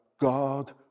God